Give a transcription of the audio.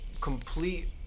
complete